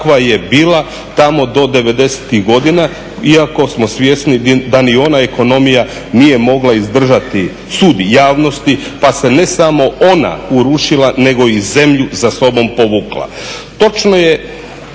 kakva je bila tamo do '90.-ih godina iako smo svjesni da ni ona ekonomija nije mogla izdržati sud javnosti pa se ne samo ona urušila nego i zemlju za sobom povukla.